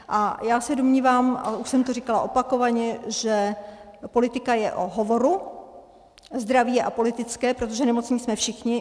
A já se domnívám, a už jsem to říkala opakovaně, že politika je o hovoru, zdraví je apolitické, protože nemocní jsme všichni.